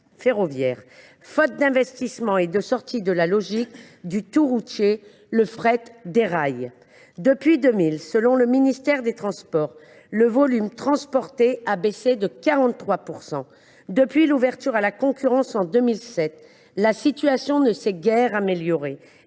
défaut d’investissements et d’une sortie de la logique du tout routier, le fret déraille. Depuis 2000, selon le ministère des transports, le volume transporté a baissé de 43 %. Depuis l’ouverture à la concurrence, en 2007, la situation ne s’est guère améliorée,